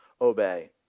obey